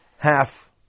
half